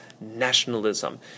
nationalism